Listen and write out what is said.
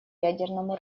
ядерному